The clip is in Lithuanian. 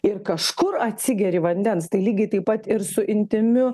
ir kažkur atsigeri vandens tai lygiai taip pat ir su intymiu